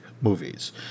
movies